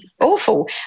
awful